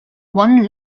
one